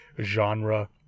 genre